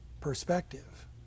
perspective